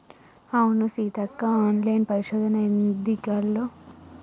అవును సీతక్క ఆన్లైన్ పరిశోధన ఎదికలతో ఇంట్లో ఉండే ఆడవాళ్లు వాళ్ల కలల్ని పండించుకుంటున్నారు